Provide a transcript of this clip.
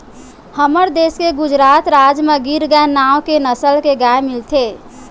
हमर देस के गुजरात राज म गीर गाय नांव के नसल के गाय मिलथे